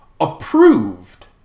approved